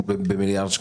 מיליארד.